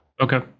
Okay